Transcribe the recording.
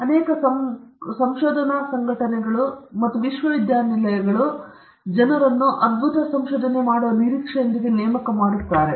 ಅನೇಕ ಸಂಶೋಧನಾ ಸಂಘಟನೆಗಳು ಮತ್ತು ವಿಶ್ವವಿದ್ಯಾನಿಲಯಗಳು ಜನರನ್ನು ಅದ್ಭುತ ಸಂಶೋಧನೆ ಮಾಡುವ ನಿರೀಕ್ಷೆಯೊಂದಿಗೆ ನೇಮಕ ಮಾಡುತ್ತವೆ